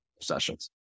sessions